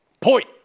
Point